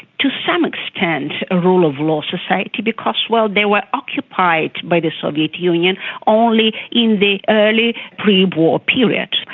to some extent a rule of law society because, well, they were occupied by the soviet union only in the early prewar periods,